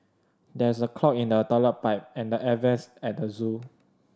there is a clog in the toilet pipe and the air vents at the zoo